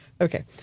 Okay